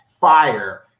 fire